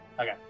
Okay